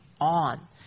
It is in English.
on